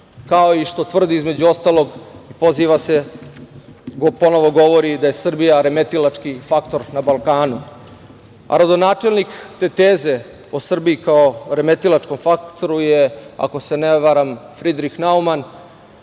kao i što tvrdi između ostalog, i poziva se, ponovo govori da je Srbija remetilački faktor na Balkanu. Rodonačelnik te teze o Srbiji, kao remetilačkom faktoru koji je, ako se ne varam, Fridrik Nauman,